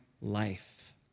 life